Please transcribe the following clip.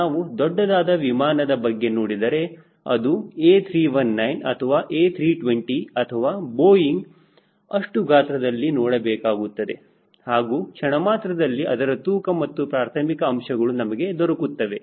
ನಾವು ದೊಡ್ಡದಾದ ವಿಮಾನದ ಬಗ್ಗೆ ನೋಡಿದರೆ ಅದು A 319 ಅಥವಾ A 320 ಅಥವಾ ಬೋಯಿಂಗ್ ಅಷ್ಟು ಗಾತ್ರದಲ್ಲಿ ನೋಡಬೇಕಾಗುತ್ತದೆ ಹಾಗೂ ಕ್ಷಣಮಾತ್ರದಲ್ಲಿ ಅದರ ತೂಕ ಮತ್ತು ಪ್ರಾರ್ಥಮಿಕ ಅಂಶಗಳು ನಮಗೆ ದೊರಕುತ್ತವೆ